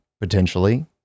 potentially